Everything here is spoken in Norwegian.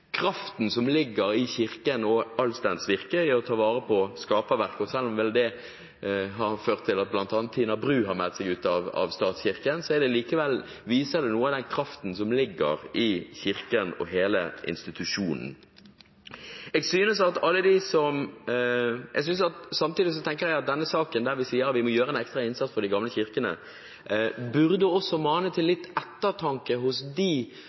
Kraften som ligger i kirken og all dens virke, er å ta vare på skaperverket. Selv om det har ført til at bl.a. Tina Bru har meldt seg ut av statskirken, viser det noe av den kraften som ligger i kirken og hele institusjonen. Samtidig tenker jeg at denne saken der vi sier vi må gjøre en ekstra innsats for de gamle kirkene, også burde mane til litt ettertanke hos